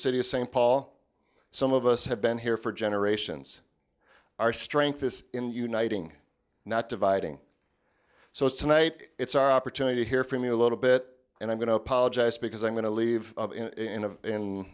city of st paul some of us have been here for generations our strength this in uniting not dividing so as tonight it's our opportunity here for me a little bit and i'm going to apologize because i'm going to leave in a in